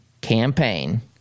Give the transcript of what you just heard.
campaign